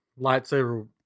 lightsaber